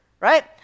right